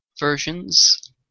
versions